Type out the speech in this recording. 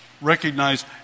Recognize